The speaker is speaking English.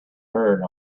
heard